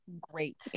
Great